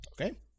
Okay